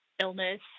illness